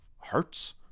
hurts